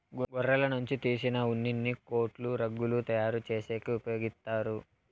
గొర్రెల నుంచి తీసిన ఉన్నిని కోట్లు, రగ్గులు తయారు చేసేకి ఉపయోగిత్తారు